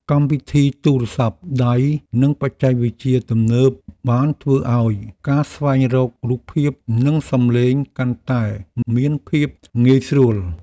កម្មវិធីទូរស័ព្ទដៃនិងបច្ចេកវិទ្យាទំនើបបានធ្វើឱ្យការស្វែងរករូបភាពនិងសំឡេងកាន់តែមានភាពងាយស្រួល។